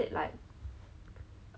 a bit scarier